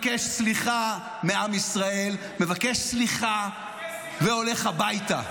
מבקש סליחה מעם ישראל, מבקש סליחה והולך הביתה?